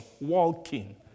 walking